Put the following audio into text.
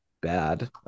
bad